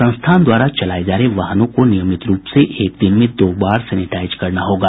संस्थान द्वारा चलाये जा रहे वाहनों को नियमित रूप से एक दिन में दो बार सेनेटाइज करना होगा